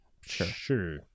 Sure